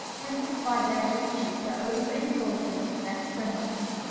tempted by their riches to over-indulgence of their stomachs,